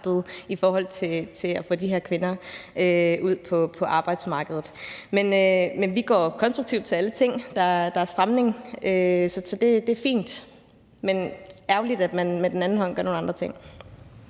i forhold til at få de her kvinder ud på arbejdsmarkedet. Men vi går konstruktivt til alle ting, der er en stramning, så det er fint. Men det er ærgerligt, at man med den anden hånd gør nogle andre ting.